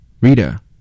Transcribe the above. Rita